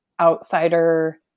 outsider